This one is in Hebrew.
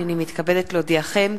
הנני מתכבדת להודיעכם,